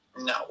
no